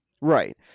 Right